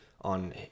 on